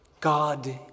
God